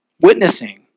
witnessing